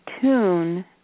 tune